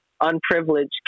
unprivileged